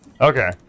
Okay